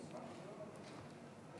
מה,